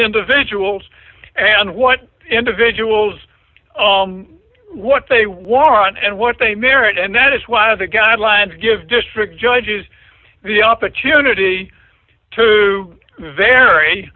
individuals and what individuals what they want and what they merit and that is why the guidelines give district judges the opportunity to